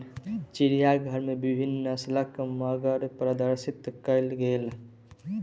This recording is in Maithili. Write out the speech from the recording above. चिड़ियाघर में विभिन्न नस्लक मगर प्रदर्शित कयल गेल